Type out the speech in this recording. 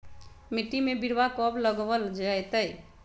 मिट्टी में बिरवा कब लगवल जयतई?